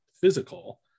physical